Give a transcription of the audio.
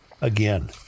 again